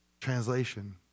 Translation